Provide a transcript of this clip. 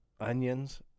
Onions